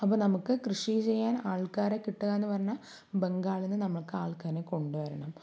അപ്പോൾ നമുക്ക് കൃഷി ചെയ്യാന് ആള്ക്കാരെ കിട്ടുക എന്ന് പറഞ്ഞാല് ബംഗാളിൽ നിന്ന് നമ്മൾക്ക് ആള്ക്കാരെ കൊണ്ടുവരണം